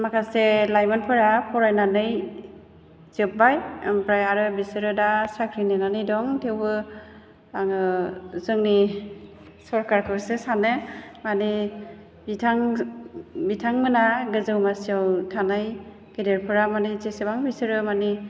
माखासे लाइमोनफोरा फरायनानै जोब्बाय ओमफाय आरो बिसोरो दा साख्रि नेनानै दं थेवबो आङो जोंनि सरकारखौसो सानो मानि बिथां बिथांमोना गोजौ मासियाव थानाय गेदेरफ्रा माने जेसेबां बिसोरो मानि